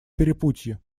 перепутье